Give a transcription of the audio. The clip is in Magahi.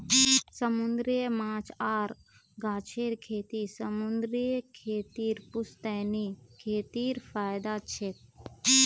समूंदरी माछ आर गाछेर खेती समूंदरी खेतीर पुश्तैनी खेतीत फयदा छेक